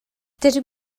dydw